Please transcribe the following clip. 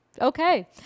Okay